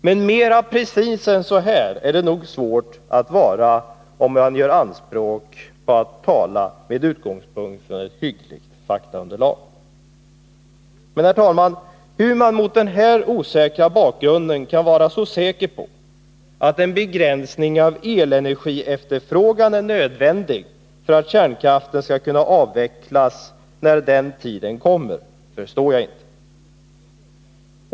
Men mera precis än så här är det nog svårt att vara, om man gör anspråk på att tala med utgångspunkt i ett hyggligt faktaunderlag. Men, herr talman, hur man mot den här osäkra bakgrunden kan vara så säker på att en begränsning av elenergiefterfrågan är nödvändig för att kärnkraften skall kunna avvecklas när den tiden kommer förstår jag inte.